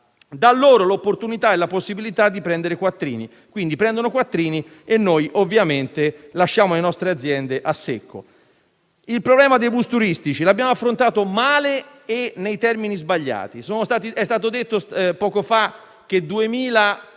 società l'opportunità e la possibilità di prendere quattrini; quindi prende quattrini e noi ovviamente lasciamo le nostre aziende a secco. Per quanto riguarda il problema dei bus turistici, lo abbiamo affrontato male e nei termini sbagliati. È stato detto poco fa che